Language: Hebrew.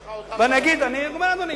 יש לך עוד כמה, אני גומר, אדוני.